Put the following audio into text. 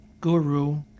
guru